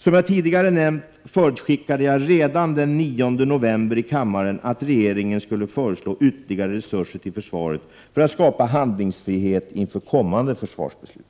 Som jag tidigare nämnt förutskickade jag redan den 9 november i kammaren att regeringen skulle föreslå ytterligare resurser till försvaret för att skapa handlingsfrihet inför kommande försvarsbeslut.